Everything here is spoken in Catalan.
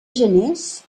geners